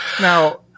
Now